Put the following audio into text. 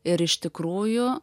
ir iš tikrųjų